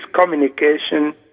communication